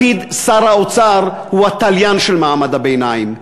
לפיד שר האוצר הוא התליין של מעמד הביניים.